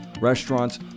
restaurants